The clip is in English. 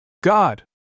God